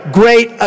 great